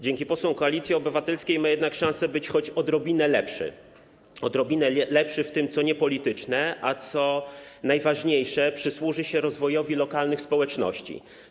Dzięki posłom Koalicji Obywatelskiej ma jednak szansę być choć odrobinę lepszy w tym, co niepolityczne, a co najważniejsze - przysłuży się rozwojowi lokalnych społeczności.